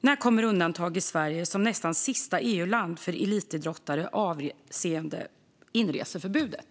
När kommer undantag i Sverige som nästan sista EU-land för elitidrottare avseende inreseförbudet?